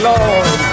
Lord